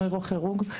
נוירוכירורג,